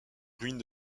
ruines